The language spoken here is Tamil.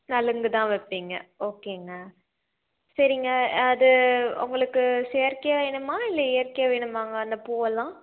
நலுங்கு தான் வைப்பிங்க ஓகேங்க சரிங்க அது உங்களுக்கு செயற்கையாக வேணுமா இல்லை இயற்கையாக வேணுமாங்க அந்த பூவெல்லாம்